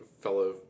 fellow